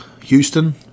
Houston